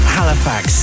Halifax